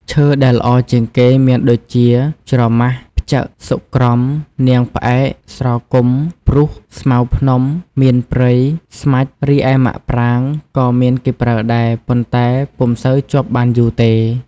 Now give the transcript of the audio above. ឈើដែលល្អជាងគេ មានដូចជា ច្រម៉ាស់ ផឹ្ចក សុក្រំ នាងផ្អែក ស្រគុំ ព្រូស ស្មៅភ្នំ មៀនព្រៃ ស្មាច់ រីឯម៉ាក់ប្រាង ក៏មានគេប្រើដែរ ប៉ុន្តែពុំសូវជាប់បានយូរទេ។